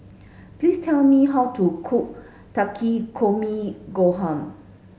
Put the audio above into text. please tell me how to cook Takikomi Gohan